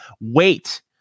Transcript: wait